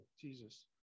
Jesus